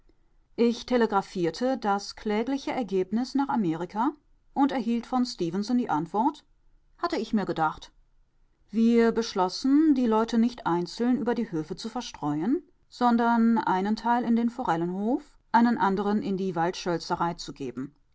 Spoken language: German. ich telegraphierte das klägliche ergebnis nach amerika und erhielt von stefenson die antwort hatte ich mir gedacht wir beschlossen die leute nicht einzeln über die höfe zu verstreuen sondern einen teil in den forellenhof einen anderen in die waldschölzerei zu geben